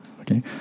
okay